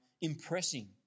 impressing